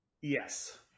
yes